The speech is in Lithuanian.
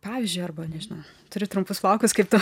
pavyzdžiui arba nežinau turi trumpus plaukus kaip tu